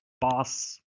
boss